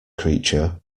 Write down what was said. creature